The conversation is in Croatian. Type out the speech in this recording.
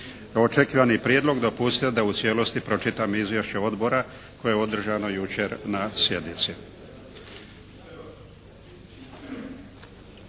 očekivani prijedlog dopustite da u cijelosti pročitam izvješće Odbora koje je održano jučer na sjednici.